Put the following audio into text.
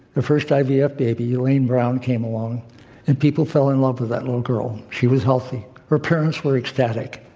the first ivf yeah baby, luanne brown, came along and people fell in love with that little girl. she was healthy. her parents were ecstatic.